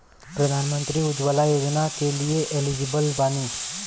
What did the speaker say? प्रधानमंत्री उज्जवला योजना के लिए एलिजिबल बानी?